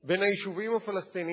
בין היישובים הפלסטיניים,